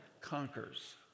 conquers